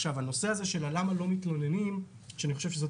הנושא הזה של למה לא מתלוננים שאני חושב שזאת